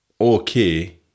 okay